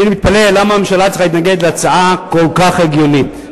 אני מתפלא למה הממשלה צריכה להתנגד להצעה כל כך הגיונית,